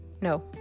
no